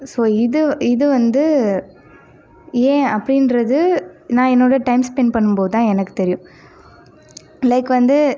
so இது இது வந்து ஏன் அப்படின்றது நான் என்னோடய டைம் ஸ்பென்ட் பண்ணும் போது தான் எனக்கு தெரியும் லைக் வந்து